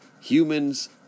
Humans